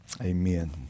Amen